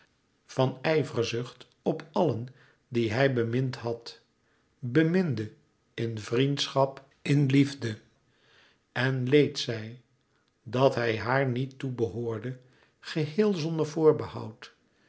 van ijverzucht op àllen die hij bemind had beminde in vriendschap in liefde en leed zij dat hij haar niet toe behoorde geheél zonder voorbehoud